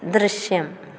ദൃശ്യം